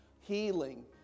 healing